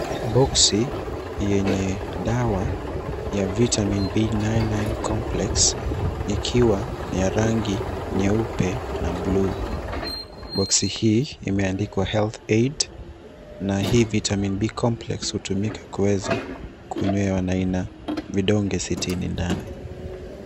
Box yenye dawa ya vitamin B99 complex, ikiwa ni ya rangi nyeupe na buluu. Box hii imeandikwa health aid na hii vitamin B complex hutumika kuweza kunywewa na ina vidonge sitini ndani.